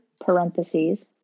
parentheses